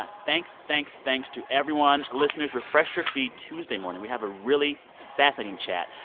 ah thanks, thanks, thanks to everyone listeners, refresh your feed tuesday morning. we have a really fascinating chat.